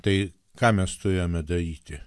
tai ką mes turėjome daryti